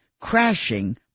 crashing